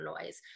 noise